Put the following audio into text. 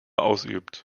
ausübt